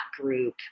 group